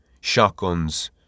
shotguns